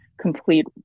complete